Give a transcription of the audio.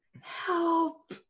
help